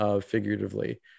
figuratively